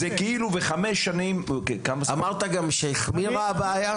ובמשך חמש שנים --- אמרת שגם החמירה הבעיה?